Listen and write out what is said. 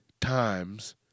times